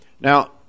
Now